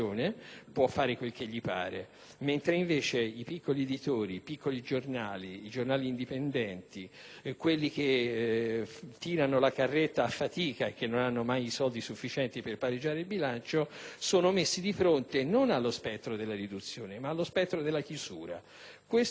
può fare quello che gli pare, i piccoli editori ed i giornali indipendenti, che tirano la carretta a fatica e che non hanno mai i soldi sufficienti per pareggiare il bilancio, sono messi di fronte non allo spettro della riduzione ma allo spettrodella chiusura.